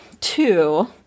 two